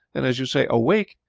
and as you say awake,